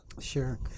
Sure